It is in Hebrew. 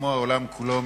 כמו העולם כולו,